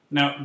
Now